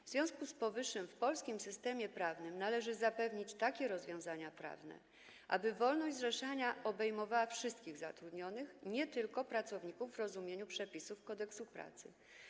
W związku z powyższym w polskim systemie prawnym należy zapewnić takie rozwiązania prawne, aby wolność zrzeszania obejmowała wszystkich zatrudnionych, nie tylko pracowników w rozumieniu przepisów Kodeksu pracy.